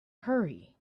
hurry